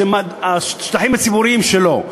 שהשטחים הציבוריים שלו,